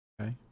Okay